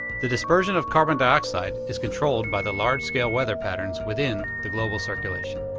the dispersion of carbon dioxide is controlled by the large-scale weather patterns within the global circulation.